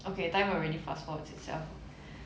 okay time already fast forwards itself